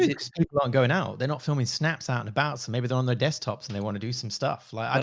it's, people aren't going out. they're not filming snaps out and about. so maybe they're on their desktops and they want to do some stuff. like,